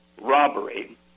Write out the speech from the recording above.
robbery